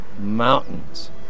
mountains